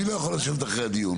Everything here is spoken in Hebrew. מי לא יכול לשבת אחרי הדיון?